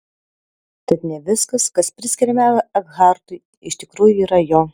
tad ne viskas kas priskiriama ekhartui iš tikrųjų yra jo